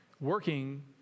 working